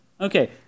Okay